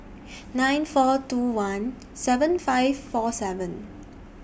nine four two one seven five four seven